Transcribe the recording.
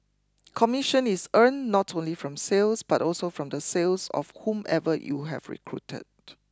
commission is earned not only from sales but also from the sales of whomever you have recruited